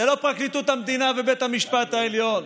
זה לא פרקליטות המדינה ובית המשפט העליון,